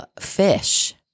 Fish